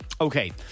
Okay